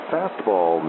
Fastball